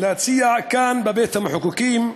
להציע כאן, בבית-המחוקקים,